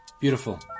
beautiful